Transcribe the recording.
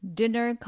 dinner